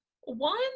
One